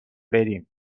بریم